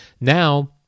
Now